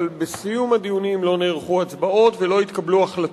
אבל בסיום הדיונים לא נערכו הצבעות ולא התקבלו החלטות.